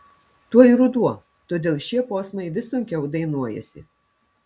tuoj ruduo todėl šie posmai vis sunkiau dainuojasi